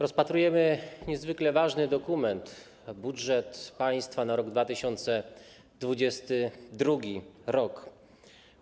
Rozpatrujemy niezwykle ważny dokument: budżet państwa na rok 2022.